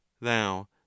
thou